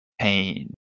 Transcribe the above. pain